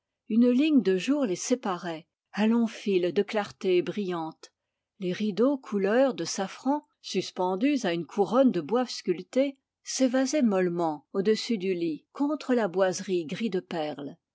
une ligne de jour les séparait un long fil de clarté brillante les rideaux couleur de safran suspendus à une couronne de bois sculpté s'évasaient mollement au-dessus du lit contre la boiserie gris de perle